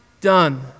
done